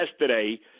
yesterday